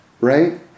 right